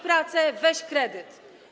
pracę, weź kredyt.